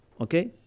Okay